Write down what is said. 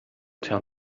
tell